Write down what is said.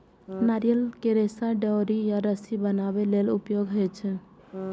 नारियल के रेशा डोरी या रस्सी बनाबै लेल उपयोगी होइ छै